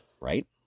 right